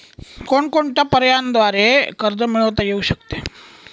कोणकोणत्या पर्यायांद्वारे कर्ज मिळविता येऊ शकते?